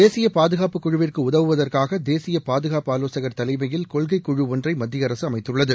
தேசிய பாதுகாப்பு குழுவிற்கு உதவுவதற்காக தேசிய பாதுகாப்பு ஆலோசகர் தலைமையில் கொள்கை குழு ஒன்றை மத்திய அரசு அமைத்துள்ளது